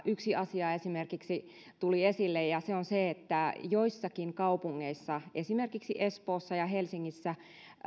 yksi asia tuli esille ja se on se että joissakin kaupungeissa esimerkiksi espoossa ja helsingissä